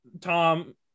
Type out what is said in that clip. Tom